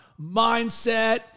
mindset